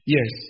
Yes